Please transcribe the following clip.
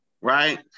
right